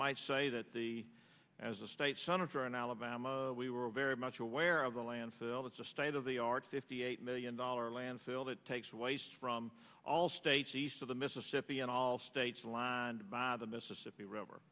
might say that the as a state senator in alabama we were very much aware of the landfill that's the state of the art fifty eight million dollar landfill that takes the waste from all states east of the mississippi and all states lined by the mississippi